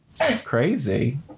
crazy